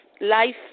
life